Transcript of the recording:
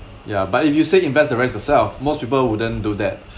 ya but if you say invest the rest yourself most people wouldn't do that